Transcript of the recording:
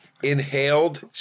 Inhaled